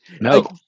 No